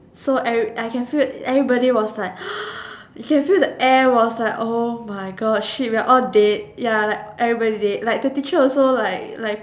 so every I can feel everybody was like you can feel the air was like oh my god shit we're all dead ya like everybody dead like the teacher also like like